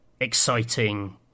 exciting